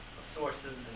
sources